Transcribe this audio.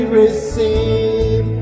receive